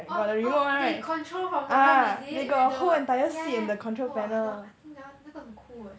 oh oh they control from the home is it with the yeah yeah !wah! I think that one 那个很 cool eh